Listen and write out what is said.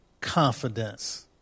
confidence